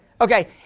Okay